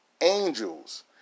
angels